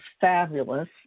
fabulous